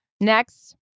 Next